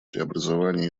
преобразований